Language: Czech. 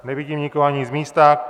Nevidím nikoho ani z místa.